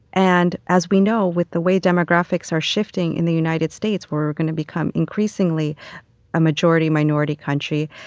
and as we know, with the way demographics are shifting in the united states, we're going to become increasingly a majority-minority country.